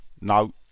no